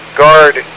guard